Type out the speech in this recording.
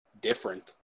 different